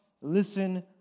listen